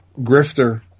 Grifter